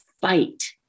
fight